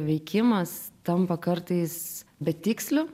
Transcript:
veikimas tampa kartais betiksliu